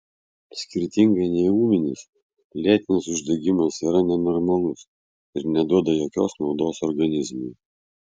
skirtingai nei ūminis lėtinis uždegimas yra nenormalus ir neduoda jokios naudos organizmui